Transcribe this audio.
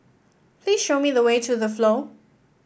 please show me the way to The Flow